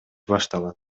башталат